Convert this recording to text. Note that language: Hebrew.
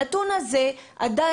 הנתון הזה מטעה,